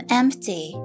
empty